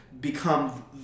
become